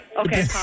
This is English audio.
Okay